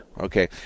Okay